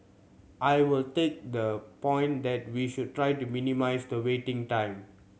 I will take the point that we should try to minimise the waiting time